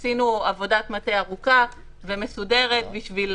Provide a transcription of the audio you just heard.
עשינו עבודת מטה ארוכה ומסודרת בשביל